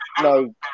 no